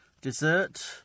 dessert